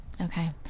Okay